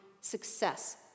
success